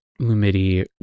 Lumidi